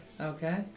Okay